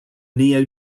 neo